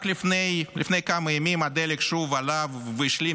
רק לפני כמה ימים הדלק שוב עלה והשלים